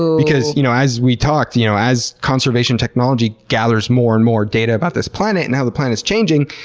because, you know as we talked about, you know as conservation technology gathers more and more data about this planet and how the planet is changing,